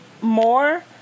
more